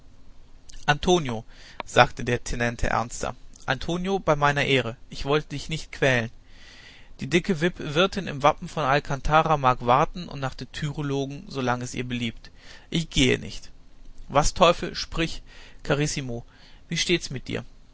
antonio sagte der tenente ernster antonio bei meiner ehre ich wollte dich nicht quälen die dicke wirtin im wappen von alkantara mag warten und nach der tür lugen solang es ihr beliebt ich gehe nicht was teufel sprich carissimo wie steht's mit dir